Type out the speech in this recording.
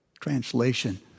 Translation